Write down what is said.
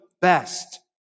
best